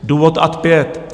Důvod ad 5.